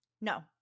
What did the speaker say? no